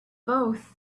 both